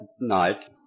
night